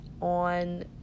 on